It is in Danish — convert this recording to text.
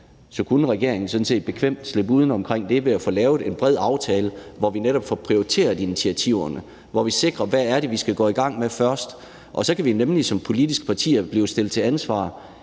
kunne regeringen sådan set bekvemt slippe uden om det ved at få lavet en bred aftale, hvor vi netop får prioriteret initiativerne, hvor vi sikrer, hvad det er, vi skal gå i gang med først, og så kan vi nemlig som politiske partier blive stillet til ansvar